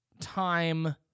time